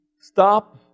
Stop